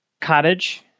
cottage